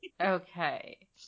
okay